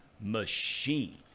machine